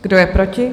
Kdo je proti?